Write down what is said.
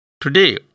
Today